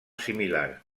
similar